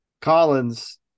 Collins